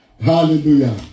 Hallelujah